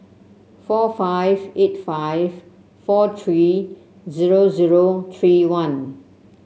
four five eight five four three zero zero three one